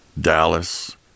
Dallas